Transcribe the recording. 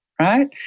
right